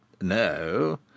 No